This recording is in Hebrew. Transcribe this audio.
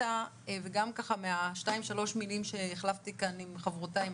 וגם מהשתיים-שלוש מלים שהחלפתי כאן עם חברותיי,